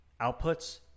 outputs